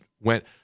went